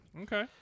Okay